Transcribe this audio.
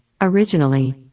Originally